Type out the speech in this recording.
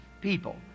people